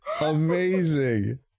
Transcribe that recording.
Amazing